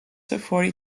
fuori